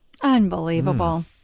Unbelievable